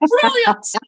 Brilliant